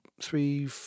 three